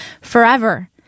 forever